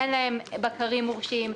אין להם בקרים מורשים,